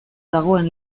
dagoen